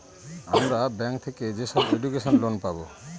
আমরা ব্যাঙ্ক থেকে যেসব এডুকেশন লোন পাবো